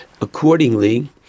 accordingly